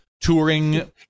touring